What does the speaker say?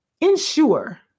ensure